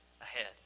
ahead